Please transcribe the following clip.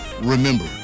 Remember